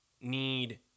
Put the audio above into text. need